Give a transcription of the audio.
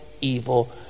evil